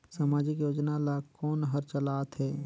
समाजिक योजना ला कोन हर चलाथ हे?